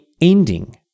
ending